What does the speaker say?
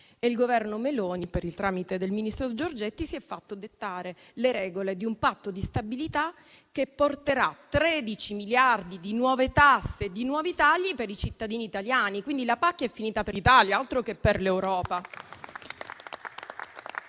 il Governo Meloni, per il tramite del ministro Giorgetti, si è fatto dettare le regole di un Patto di stabilità che porterà 13 miliardi di nuove tasse e di nuovi tagli per i cittadini italiani. Quindi la pacchia è finita per Italia, altro che per l'Europa.